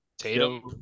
Tatum